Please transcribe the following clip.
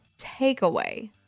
takeaway